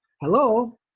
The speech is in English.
hello